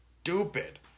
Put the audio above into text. stupid